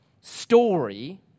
story